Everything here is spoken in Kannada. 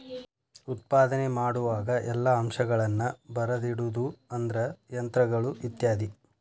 ಉತ್ಪಾದನೆ ಮಾಡುವಾಗ ಎಲ್ಲಾ ಅಂಶಗಳನ್ನ ಬರದಿಡುದು ಅಂದ್ರ ಯಂತ್ರಗಳು ಇತ್ಯಾದಿ